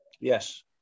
yes